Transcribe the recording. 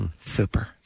Super